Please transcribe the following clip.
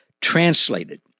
Translated